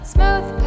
Smooth